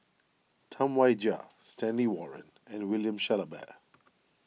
Tam Wai Jia Stanley Warren and William Shellabear